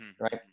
Right